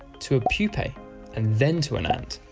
to a pupae and then to an ant.